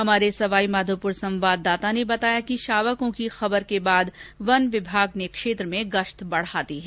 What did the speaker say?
हमारे सवाई माधोपुर संवाददाता ने बताया कि शावकों की खबर के बाद वन विभाग ने क्षेत्र में गश्त बढ़ा दी है